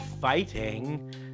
Fighting